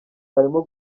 arimo